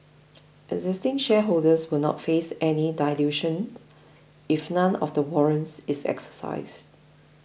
existing shareholders will not face any dilution if none of the warrants is exercised